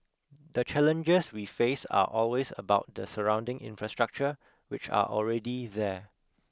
the challenges we face are always about the surrounding infrastructure which are already there